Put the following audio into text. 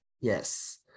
Yes